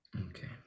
Okay